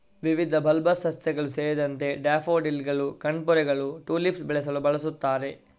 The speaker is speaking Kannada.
ವಿವಿಧ ಬಲ್ಬಸ್ ಸಸ್ಯಗಳು ಸೇರಿದಂತೆ ಡ್ಯಾಫೋಡಿಲ್ಲುಗಳು, ಕಣ್ಪೊರೆಗಳು, ಟುಲಿಪ್ಸ್ ಬೆಳೆಸಲು ಬಳಸುತ್ತಾರೆ